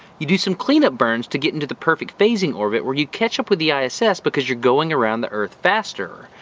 you do some clean up burns to get into the perfect phasing orbit where you catch up with the iss iss because you're going around the earth faster.